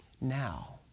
Now